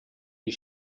die